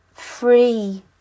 free